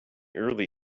early